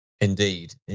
indeed